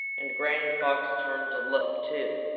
and granny fox turned to look, too.